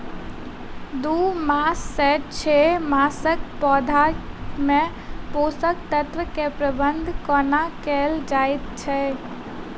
दू मास सँ छै मासक पौधा मे पोसक तत्त्व केँ प्रबंधन कोना कएल जाइत अछि?